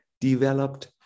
developed